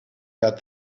had